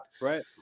Right